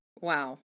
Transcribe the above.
wow